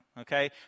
okay